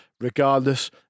regardless